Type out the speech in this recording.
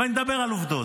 אבל אני מדבר על עובדות.